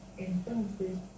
entonces